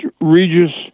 Regis